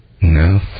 No